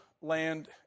land